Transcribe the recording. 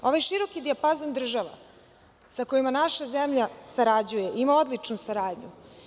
Ovaj široki dijapazon država sa kojima naša zemlja sarađuje ima odličnu saradnju.